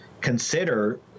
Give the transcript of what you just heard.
consider